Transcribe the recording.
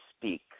speak